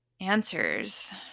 answers